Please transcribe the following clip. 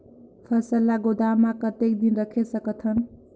फसल ला गोदाम मां कतेक दिन रखे सकथन?